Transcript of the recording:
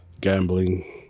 gambling